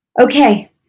Okay